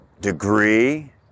degree